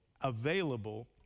available